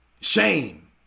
shame